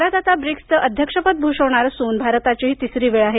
भारत आता ब्रिक्सचे अध्यक्षपद भूषविणार असून भारताची ही तिसरी वेळ आहे